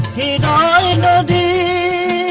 da da da da